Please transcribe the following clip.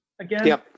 again